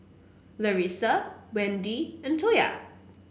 Larissa Wendi and Toya